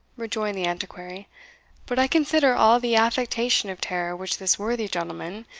rejoined the antiquary but i consider all the affectation of terror which this worthy gentleman,